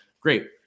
great